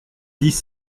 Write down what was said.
dix